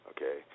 Okay